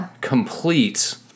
complete